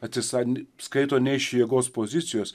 atsisakant skaito ne iš jėgos pozicijos